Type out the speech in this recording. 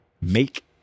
make